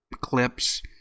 clips